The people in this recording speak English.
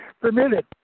permitted